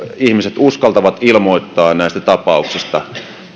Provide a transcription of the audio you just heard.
ihmiset uskaltavat ilmoittaa näistä tapauksista